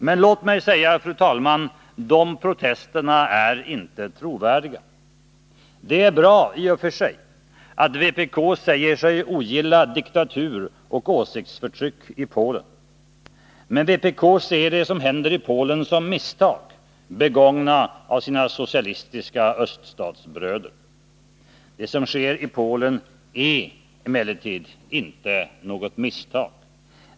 Men låt mig säga, fru talman, att de protesterna inte är trovärdiga. Det är bra i och för sig att vpk säger sig ogilla diktatur och åsiktsförtryck i Polen. Men vpk ser det som händer i Polen som misstag, begångna av partiets socialistiska öststatsbröder. Det som sker i Polen är emellertid inte något misstag.